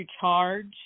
charge